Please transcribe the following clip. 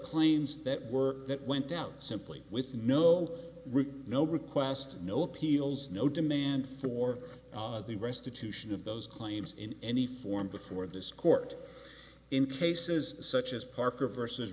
claims that were that went down simply with no reason no request no appeals no demand for the restitution of those claims in any form before this court in cases such as parker versus